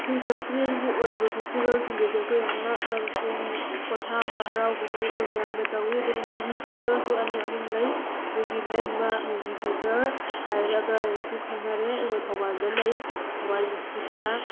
ꯑꯩꯈꯣꯏ ꯀꯜꯆꯔꯦꯟꯒꯤ ꯑꯣꯏꯕ ꯐꯦꯁꯇꯤꯚꯦꯜꯁꯤꯡꯗꯁꯨ ꯑꯩꯈꯣꯏ ꯌꯥꯝꯅ ꯄꯣꯊꯥꯕ ꯍꯔꯥꯎ ꯀꯨꯝꯍꯩ ꯑꯣꯏꯕ ꯌꯥꯝꯅ ꯇꯧꯋꯤ ꯑꯗꯨꯒ ꯃꯣꯚꯤ ꯊꯦꯇꯔꯁꯨ ꯑꯅꯤ ꯑꯍꯨꯝ ꯂꯩ ꯑꯩꯈꯣꯏꯒꯤ ꯂꯩꯃ ꯃꯨꯚꯤ ꯊꯦꯇꯔ ꯍꯥꯏꯔꯒꯁꯨ ꯈꯪꯅꯔꯦ ꯑꯩꯈꯣꯏ ꯊꯧꯕꯥꯜꯗ ꯂꯩ ꯊꯧꯕꯥꯜ ꯗꯤꯁꯇ꯭ꯔꯤꯛꯇ